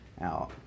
out